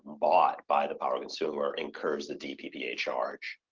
bought by the power consumer incurs the dppa charge.